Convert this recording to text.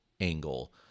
angle